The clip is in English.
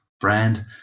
brand